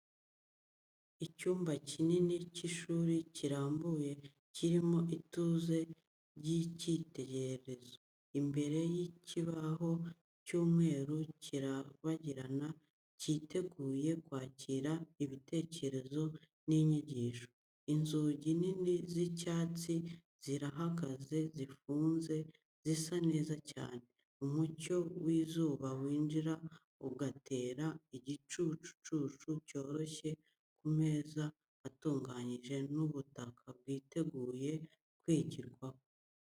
Icyumba kinini cy’ishuri kirambuye, kirimo ituze ry’ikitegerezo. Imbere, ikibaho cy’umweru kirabagirana, cyiteguye kwakira ibitekerezo n’inyigisho. Inzugi nini z’icyatsi zirahagaze zifunze, zisa neza cyane. Umucyo w’izuba winjira, ugatera igicucu cyoroshye ku meza atunganije n’ubutaka bwiteguye kwigirwaho.